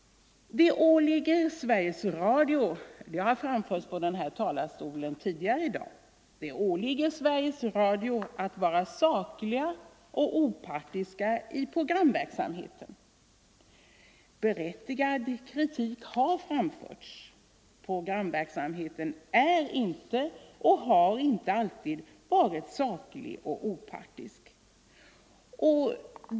Det åligger Sveriges Radio — och det har framförts från denna talarstol tidigare i dag — att bedriva en saklig och opartisk programverksamhet. Berättigad kritik har framförts. Programverksamheten är inte och har inte alltid varit saklig och opartisk.